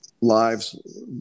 lives